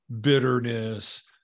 bitterness